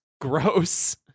gross